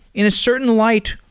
in a certain light,